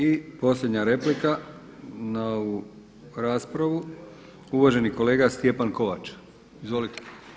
I posljednja replika na ovu raspravu uvaženi kolega Stjepan Kovač, izvolite.